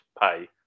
pay